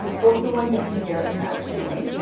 both of the ones you see here and an extra one,